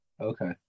Okay